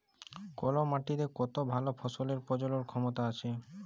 call মাটিতে কত ভাল ফসলের প্রজলল ক্ষমতা আছে